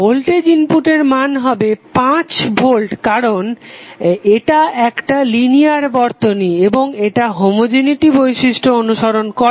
voltage ইনপুটের মান হবে 5 ভোল্ট কারণ এটা একটা লিনিয়ার বর্তনী এবং এটা হোমোজেনেটি বৈশিষ্ট্য অনুসরন করে